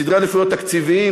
סדרי עדיפויות תקציביים,